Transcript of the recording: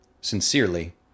Sincerely